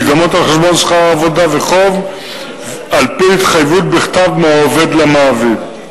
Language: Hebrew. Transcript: מקדמות על חשבון שכר העבודה וחוב על-פי התחייבות בכתב מהעובד למעביד.